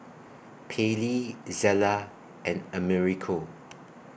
Pallie Zela and Americo